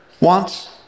wants